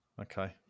okay